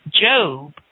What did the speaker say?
Job